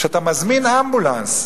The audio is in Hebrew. כשאתה מזמין אמבולנס,